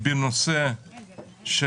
בנושא של